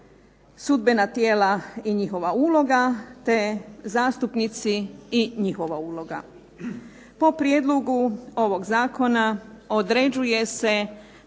sudbena tijela i njihova uloga te zastupnici i njihova uloga. Po prijedlogu ovog zakona određuje se